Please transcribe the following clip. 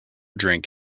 drink